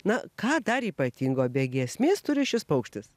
na ką dar ypatingo be giesmės turi šis paukštis